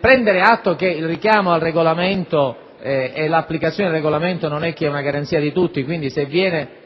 prendendo atto che il richiamo al Regolamento e la sua applicazione non sono che una garanzia per tutti - quindi, se viene